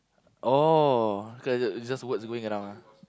oh cause it's it's just words going around ah